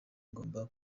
ngomba